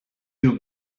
you